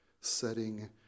setting